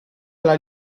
alla